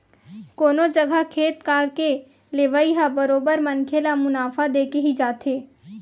कोनो जघा खेत खार के लेवई ह बरोबर मनखे ल मुनाफा देके ही जाथे